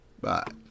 Bye